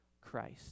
Christ